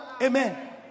Amen